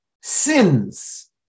sins